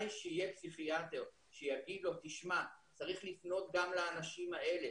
שיהיה פסיכיאטר שיגיד לו שצריך לפנות גם לאנשים האלה,